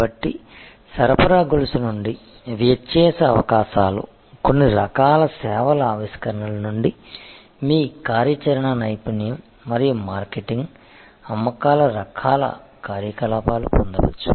కాబట్టి సరఫరా గొలుసు నుండి వ్యత్యాస అవకాశాలు కొన్ని రకాల సేవా ఆవిష్కరణల నుండి మీ కార్యాచరణ నైపుణ్యం మరియు మార్కెటింగ్ అమ్మకాల రకాల కార్యకలాపాలు పొందవచ్చు